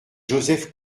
joseph